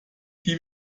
die